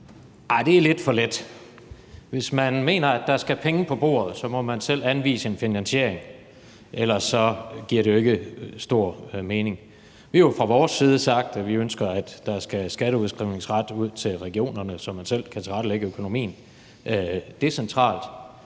Arh, det er lidt for let. Hvis man mener, at der skal penge på bordet, må man selv anvise en finansiering. Ellers giver det jo ikke stor mening. Vi har jo fra vores side sagt, at vi ønsker, at der skal en skatteudskrivningsret ud til regionerne, så man selv kan tilrettelægge økonomien decentralt.